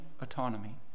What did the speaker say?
autonomy